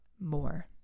more